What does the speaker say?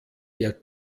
der